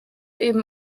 eben